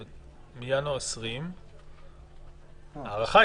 2021. נכון.